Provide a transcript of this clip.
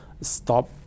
stop